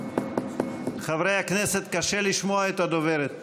חברי הכנסת, קשה לשמוע את הדוברת.